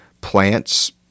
Plants